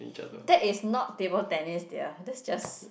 that is not table tennis dear that is just